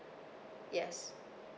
yes